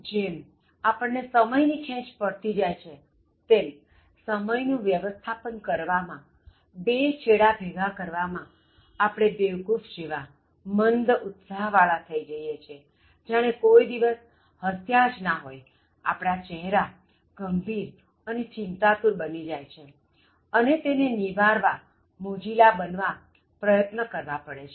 જેમ આપણને સમયની ખેંચ પડતી જાય છે તેમ સમય નું વ્યવસ્થાપન કરવા માં બે છેડા ભેગા કરવા માં આપણે બેવકૂફ જેવા મંદ ઉત્સાહ વાળા થઇ જઇએ છીએ જાણે કોઇ દિવસ હસ્યા જ ન હોય આપણા ચહેરા ગંભીર અને ચિંતાતુર બની જાય છે અને તેને નિવારવા મોજીલા બનવા પ્રયત્ન કરવા પડે છે